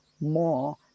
more